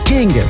King